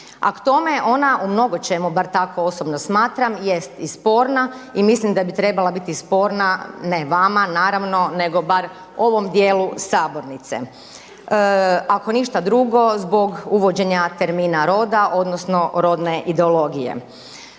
a k tome ona u mnogočemu bar tako osobno smatram jest i sporna i mislim da bi trebala biti sporna ne vama naravno nego bar ovom dijelu sabornice ako ništa drugo zbog uvođenja termina roda, odnosno rodne ideologije.